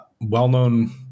Well-known